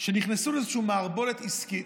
שנכנסו לאיזושהי מערבולת עסקית,